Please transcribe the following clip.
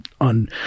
on